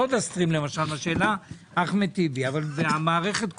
סודה-סטרים, למשל, והמערכת כולה.